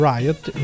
Riot